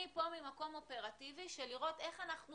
אני פה ממקום אופרטיבי של לראות איך אנחנו